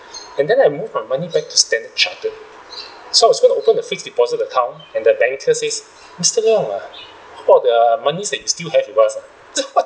and then I move my money back to Standard Chartered so I was going to open a fixed deposit and the technician says mister leong ah what about the money that you still have with us ah I say what